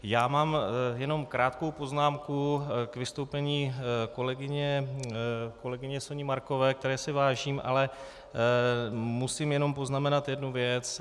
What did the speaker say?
Já mám jenom krátkou poznámku k vystoupení kolegyně Soni Markové, které si vážím, ale musím jenom poznamenat jednu věc.